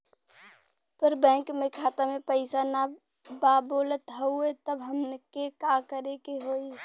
पर बैंक मे खाता मे पयीसा ना बा बोलत हउँव तब हमके का करे के होहीं?